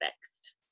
fixed